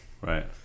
Right